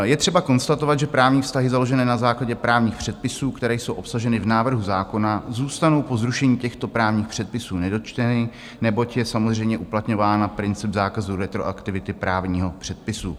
Je třeba konstatovat, že právní vztahy založené na základě právních předpisů, které jsou obsaženy v návrhu zákona, zůstanou po zrušení těchto právních předpisů nedotčeny, neboť je samozřejmě uplatňován princip zákazu retroaktivity právního předpisu.